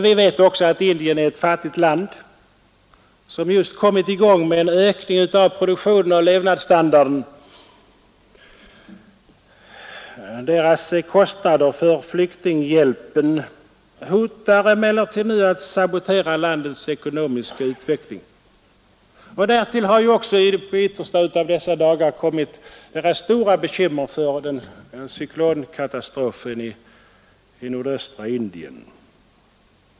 Vi vet också att Indien är ett fattigt land som just kommit i gång med en ökning av produktionen och levnadsstandarden, Dessa kostnader för flyktinghjälpen hotar emellertid nu att sabotera landets ekonomiska utveckling. Därtill har också i de yttersta av dessa dagar kommit stora bekymmer för cyklonkatastrofen i nordöstra Indien.